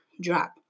drop